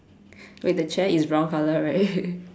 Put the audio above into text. wait the chair is brown colour right